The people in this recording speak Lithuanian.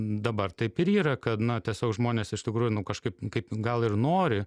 dabar taip ir yra kad na tiesiog žmonės iš tikrųjų nu kažkaip kaip gal ir nori